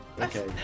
Okay